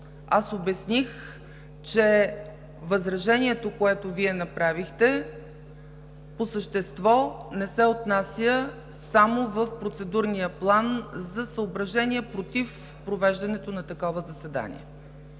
аз обясних, че възражението, което Вие направихте, по същество не се отнася само в процедурния план за съображения против провеждането на такова заседание.